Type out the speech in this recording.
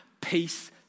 peace